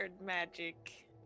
magic